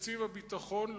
מתקציב הביטחון.